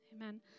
Amen